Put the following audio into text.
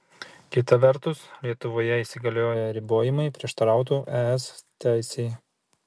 kita vertus lietuvoje įsigalioję ribojimai prieštarautų es teisei